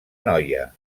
noia